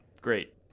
Great